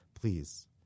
please